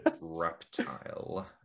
Reptile